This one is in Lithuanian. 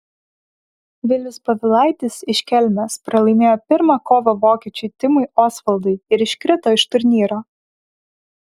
vilius povilaitis iš kelmės pralaimėjo pirmą kovą vokiečiui timui osvaldui ir iškrito iš turnyro